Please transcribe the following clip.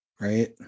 Right